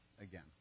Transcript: again